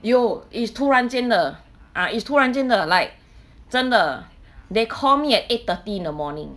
有 is 突然间的啊突然间的 like 真的 they call me at eight thirty in the morning